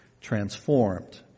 transformed